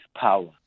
power